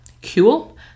cool